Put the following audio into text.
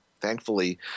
thankfully